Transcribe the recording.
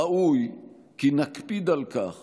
ראוי כי נקפיד על כך